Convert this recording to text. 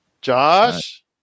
Josh